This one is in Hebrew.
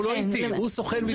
הוא לא איתי, הוא סוכן ביטוח.